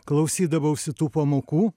klausydavausi tų pamokų